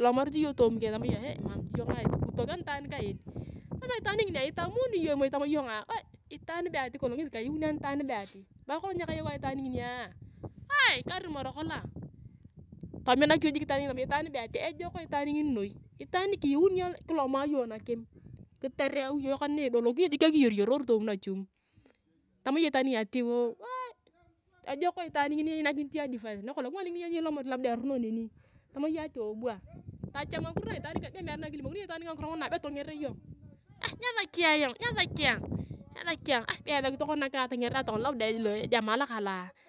ilomarit iyong toomi toomi kongea? Tama iyong mam, iyongaa kikutukutok anitaa kaen. sasa itaan nginia itamauni iyong moi, tamaa iyongaa goi itaan be ati kolong ngesi kaiuni ayong anitaan be ati. karai kolong nyakaru ayong itaan nginia wooe karumoro kolong ayong. tominak jik iyong itaan nginia tama itaan be atia ejok itaa ngini noi, itaan ni kiuni iyong ni kiloma iyong nakim. kitoreu iyong kaina na idolokinio jik akiyiyoroor toomi nachuum. tama iyong itaan nginia ati woou! Ejok itaa ngini kinakinit iyong advice. nakolong kingolikinia iyong ani ilomari labda evuno neni, tama iyong ati wouu bwa, tacham ngakiro na itaan kangini be meere na kilimokinea iyong itaan ngini ngakiro ngunua be tonger iyong. Aaa nyasaki ayong, nyasaki ayong, nyasaki ayong, be esaki tokona naka atonger ayong tokona labda ejamaa lokang loa.